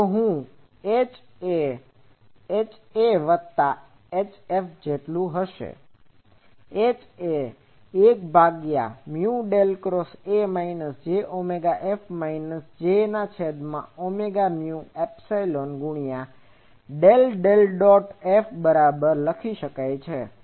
તો HHAHFH એ HA વત્તા HF હશે અને H1A jωF jωμϵH એ 1 ભાગ્યા mu del cross A minus j omega F minus જે ના છેદ માં ઓમેગા મ્યુ એપ્સીલોન ગુણ્યા ડેલ ડેલ ડોટ F બરાબર લખી શકો છો